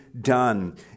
done